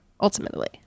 ultimately